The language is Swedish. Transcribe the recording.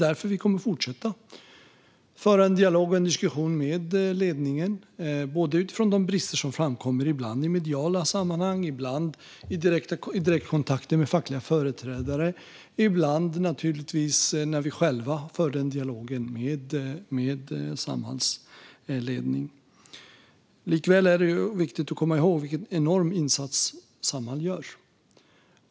Därför kommer vi att fortsätta att föra en dialog och en diskussion med ledningen utifrån de brister som ibland framkommer i mediala sammanhang men också i direktkontakter med fackliga företrädare och ibland naturligtvis när vi själva för den dialogen med Samhalls ledning. Likväl är det viktigt att komma ihåg vilken enorm insats Samhall gör.